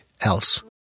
else